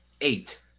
eight